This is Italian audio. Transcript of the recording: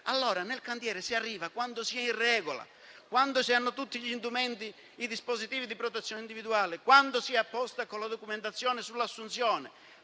si può entrare solo quando si è in regola, quando si hanno tutti gli indumenti e i dispositivi di protezione individuale, quando si è a posto con la documentazione sull'assunzione